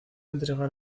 entregar